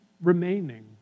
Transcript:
remaining